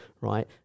right